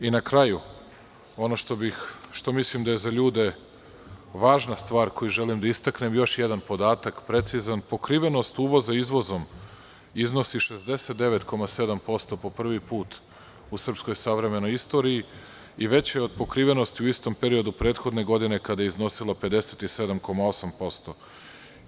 Na kraju, ono što mislim da je za ljude važna stvar koju želim da istaknem, još jedan podatak precizan, pokrivenost uvoza izvozom iznosi 69,7% po prvi put u srpskoj savremenoj istoriji i veća je od pokrivenosti u istom periodu prethodne godine kada je iznosila 57,8%